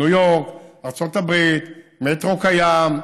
ניו יורק, ארצות הברית, מטרו קיים,